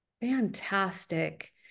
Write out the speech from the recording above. Fantastic